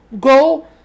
Go